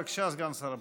בבקשה, סגן שר הבריאות.